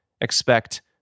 expect